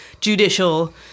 judicial